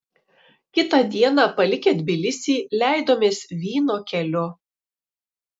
kitą dieną palikę tbilisį leidomės vyno keliu